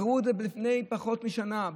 בחרו אותה לפני פחות משנה,